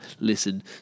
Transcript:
Listen